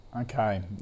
Okay